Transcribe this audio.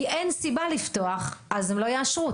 כי אין סיבה לפתוח אז הם לא יאשרו.